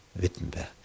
Wittenberg